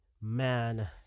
Man